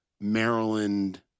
Maryland